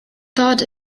thought